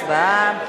הצבעה.